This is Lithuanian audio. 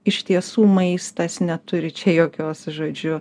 iš tiesų maistas neturi čia jokios žodžiu